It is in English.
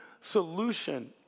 solution